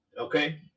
okay